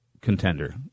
contender